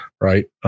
right